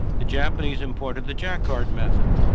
the japanese imported the jacquard method,